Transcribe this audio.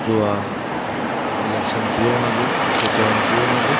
जो आहे सिलेक्शन थियो हुनजो हुते चयनि थियो हुनजो